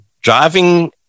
driving